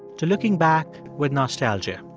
to looking back with nostalgia.